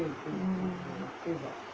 mm